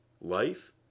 life